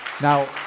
Now